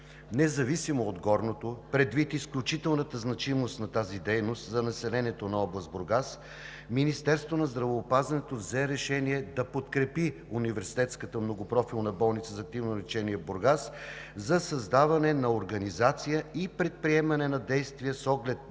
Независимо от горното, предвид изключителната значимост на тази дейност за населението на област Бургас, Министерството на здравеопазването взе решение да подкрепи Университетската многопрофилна болница за активно лечение в Бургас за създаване на организация и предприемане на действия с оглед